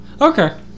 Okay